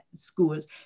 schools